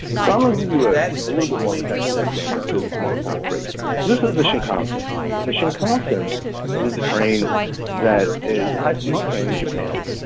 so i'm gonna give you ah a little bit more of a technical example because it's more concrete. so this is the shinkansen now, and the shinkansen was the train that is a high speed train in japan,